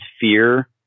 fear